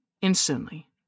Instantly